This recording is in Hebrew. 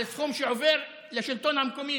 על הסכום שעובר לשלטון המקומי,